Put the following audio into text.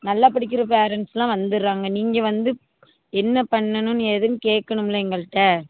நல்லா படிக்கிற பேரண்ட்ஸெலாம் வந்துடறாங்க நீங்கள் வந்து என்ன பண்ணணும் ஏதுன்னு கேக்கணும்லை எங்கள்கிட்ட